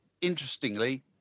Interestingly